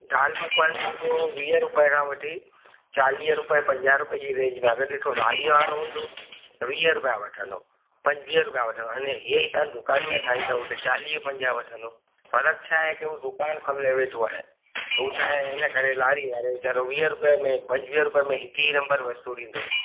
दालि पकवान सम्झो वीह रुपए खां वठी चालीह रुपए पंजाह रुपए जी रेंज मां अगरि ॾिसो लारी वारो हूंदो त वीह रुपया वठंदो पंजुवीह रुपया वठंदा हीअं ई तव्हां दुकान में खाईंदव हुते चालीह पंजाहु वठंदो फर्क़ु छा आहे की उहो दुकान खोले वेठो आहे त उहो छा आहे इन करे लारी वारो वीचारो वीह रुपए में पंजुवीह रुपए में हिकु ई नंबर वस्तू ॾींदो